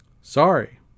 Sorry